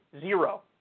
Zero